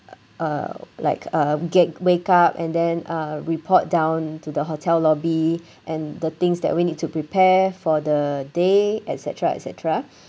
uh like a get wake up and then uh report down to the hotel lobby and the things that we need to prepare for the day et cetera et cetera